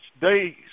days